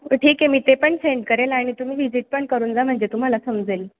ठीक आहे मी ते पण सेंड करेल आणि तुम्ही व्हिजीट पण करून जा म्हणजे तुम्हाला समजेल